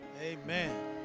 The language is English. amen